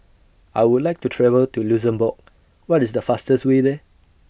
I Would like to travel to Luxembourg What IS The fastest Way There